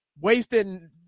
wasting